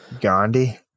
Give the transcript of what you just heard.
Gandhi